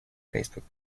facebook